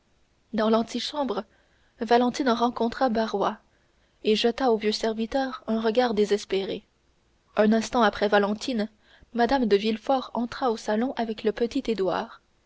dans l'antichambre valentine rencontra barrois et jeta au vieux serviteur un regard désespéré un instant après valentine mme de villefort entra au salon avec le petit